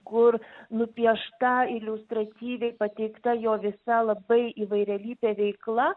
kur nupiešta iliustratyviai pateikta jo visa labai įvairialypė veikla